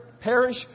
perish